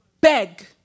Beg